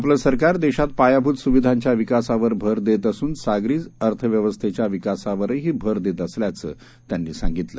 आपलं सरकार देशात पायाभूत सुविधांच्या विकासावर भर देत असून सागरी अर्थव्यवस्थेच्या विकासावरही भर देत असल्याचं त्यांनी सांगितलं